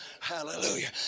Hallelujah